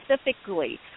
specifically